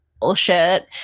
bullshit